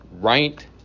right